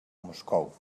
moscou